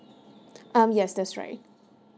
um yes that's right